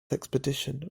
expedition